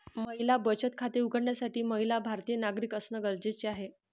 महिला बचत खाते उघडण्यासाठी महिला भारतीय नागरिक असणं गरजेच आहे